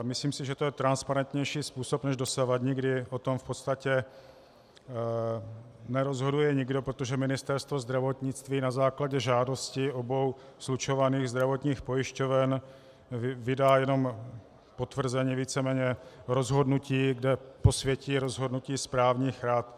Myslím si, že to je transparentnější způsob než dosavadní, kdy o tom v podstatě nerozhoduje nikdo, protože Ministerstvo zdravotnictví na základě žádosti obou slučovaných zdravotních pojišťoven vydá jenom potvrzení, víceméně rozhodnutí, kde posvětí rozhodnutí správních rad.